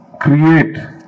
create